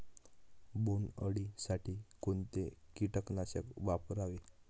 बोंडअळी साठी कोणते किटकनाशक वापरावे?